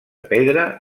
pedra